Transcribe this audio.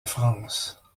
france